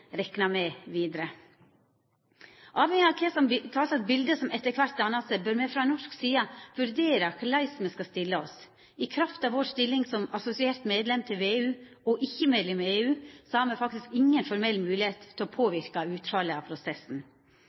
rekna med vidare. Avhengig av kva bilete som etter kvart dannar seg, bør me frå norsk side vurdera korleis me skal stilla oss. I kraft av vår stilling som assosiert medlem til VEU, og ikkje-medlem i EU, har me faktisk inga formell moglegheit til å påverka utfallet av prosessen.